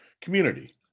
community